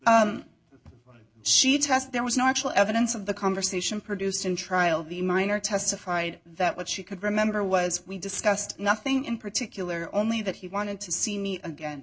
she tossed there was no actual evidence of the conversation produced in trial b minor testified that what she could remember was we discussed nothing in particular only that he wanted to see me again